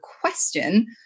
question